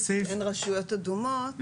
כי אין רשויות אדומות,